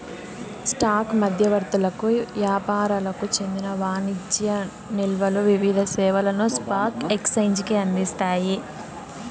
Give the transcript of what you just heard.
stock మధ్యవర్తులకు యాపారులకు చెందిన వాణిజ్య నిల్వలు వివిధ సేవలను స్పాక్ ఎక్సేంజికి అందిస్తాయి